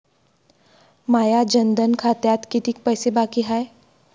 माया जनधन खात्यात कितीक पैसे बाकी हाय?